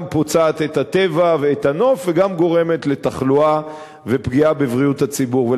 גם פוצעת את הטבע ואת הנוף וגם גורמת לתחלואה ופגיעה בבריאות הציבור.